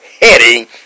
Heading